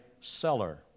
seller